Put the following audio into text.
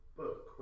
book